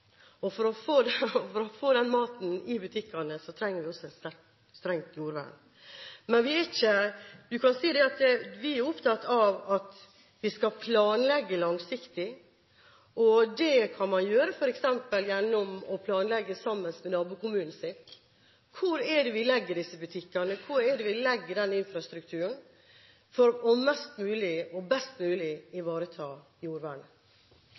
og for å få den maten i butikkene trenger vi også et strengt jordvern. Vi er opptatt av at vi skal planlegge langsiktig, og det kan man f.eks. gjøre ved å planlegge sammen med nabokommunen. Hvor legger vi disse butikkene, og hvor legger vi infrastrukturen for mest mulig og best mulig å ivareta jordvernet?